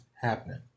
happening